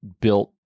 built